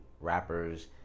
rappers